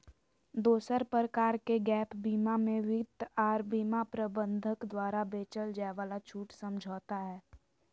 दोसर प्रकार के गैप बीमा मे वित्त आर बीमा प्रबंधक द्वारा बेचल जाय वाला छूट समझौता हय